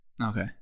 Okay